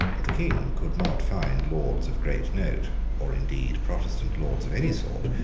the king could not find lords of great note, or indeed protestant lords of any sort,